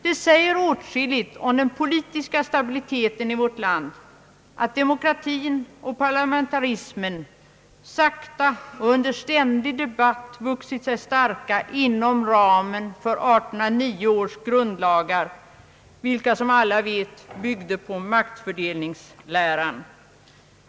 Det säger åtskilligt om den politiska stabiliteten i vårt land, att demokratin och parlamentarismen sakta och under ständig debatt vuxit sig starka inom ramen för 1809 års grundlagar vilka som alla vet byggde på maktfördelningsläran.